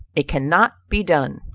it cannot be done.